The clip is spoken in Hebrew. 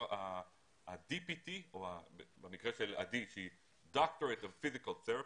ה-DPT או במקרה של עדי שהיא דוקטור לפיזיותרפיה,